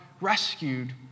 rescued